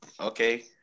Okay